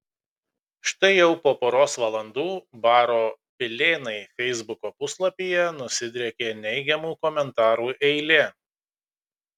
štai jau po poros valandų baro pilėnai feisbuko puslapyje nusidriekė neigiamų komentarų eilė